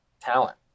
talent